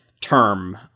term